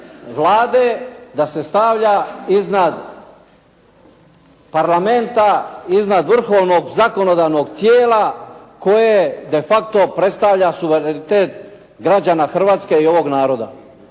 da se stavlja iznad Parlamenta, iznad vrhovnog zakonodavnog tijela koje de facto predstavlja suverenitet građana Hrvatske i ovog naroda.